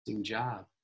job